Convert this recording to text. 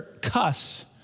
cuss